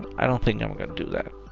i don't think i'm gonna do that.